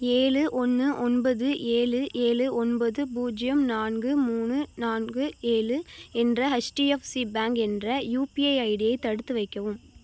ஏழு ஒன்று ஒன்பது ஏழு ஏழு ஒன்பது பூஜ்ஜியம் நான்கு மூணு நான்கு ஏழு என்ற எச்டிஎப்சி பேங்க் என்ற யுபிஐ ஐடியை தடுத்து வைக்கவும்